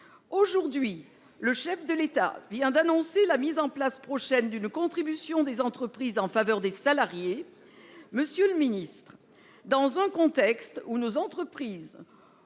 Aujourd'hui, le chef de l'État a annoncé la mise en place prochaine d'une contribution des entreprises en faveur des salariés. Monsieur le ministre, dans un contexte où nos entreprises